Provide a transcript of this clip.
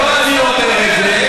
לא אני אומר את זה,